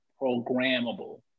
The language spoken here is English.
programmable